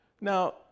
now